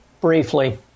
Briefly